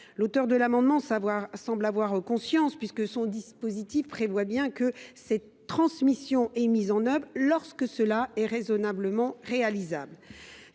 L’auteur de l’amendement semble en avoir conscience, puisque son dispositif prévoit bien que cette transmission soit mise en œuvre « lorsque cela est raisonnablement réalisable